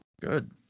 Good